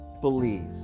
believe